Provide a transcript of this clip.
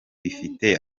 bifite